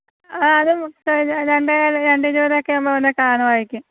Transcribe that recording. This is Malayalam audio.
ആ അത് മൊത്തം ഒരു രണ്ടേകാൽ രണ്ടേ ഇരുപത് ഒക്കെ ആവുമ്പോൾ വന്നാൽ കാണുമായിരിക്കും